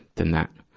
than that.